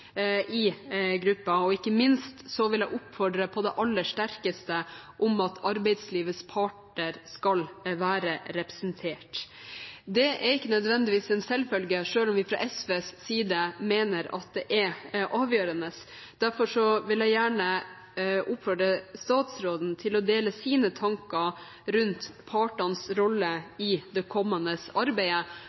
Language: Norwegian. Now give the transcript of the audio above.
og ikke minst vil jeg på det aller sterkeste oppfordre til at arbeidslivets parter skal være representert. Det er ikke nødvendigvis en selvfølge, selv om vi fra SVs side mener at det er avgjørende. Derfor vil jeg gjerne oppfordre statsråden til å dele sine tanker rundt partenes rolle i det kommende arbeidet,